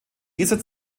dieser